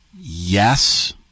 yes